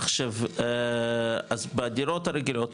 עכשיו אז בדירות הרגילות,